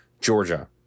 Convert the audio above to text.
Georgia